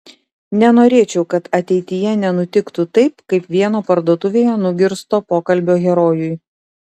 nenorėčiau kad ateityje nenutiktų taip kaip vieno parduotuvėje nugirsto pokalbio herojui